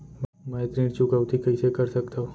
मैं ऋण चुकौती कइसे कर सकथव?